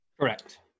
Correct